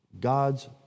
God's